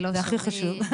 זה הכי חשוב.